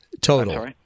Total